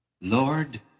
Lord